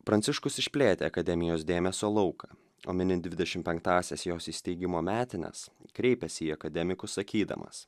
pranciškus išplėtė akademijos dėmesio lauką o minint dvidešim penktąsias jos įsteigimo metines kreipėsi į akademikus sakydamas